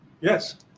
Yes